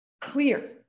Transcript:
clear